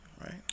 Right